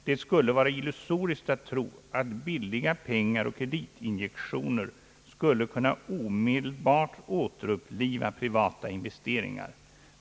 Det skulle vara illusoriskt att tro att billiga pengar och kreditinjektioner skulle kunna omedelbart återuppliva privata investeringar.